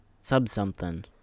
Sub-something